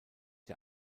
der